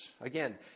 Again